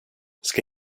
ska